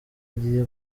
agiye